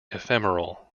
ephemeral